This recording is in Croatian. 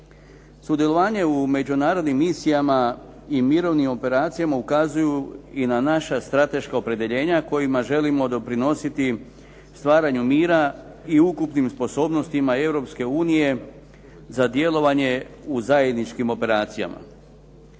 Sudjelovanje u međunarodnim misijama i mirovnim operacijama ukazuju i na naša strateška opredjeljenja kojima želimo doprinositi stvaranju mira i ukupnim sposobnostima Europske unije za djelovanje u zajedničkim operacijama.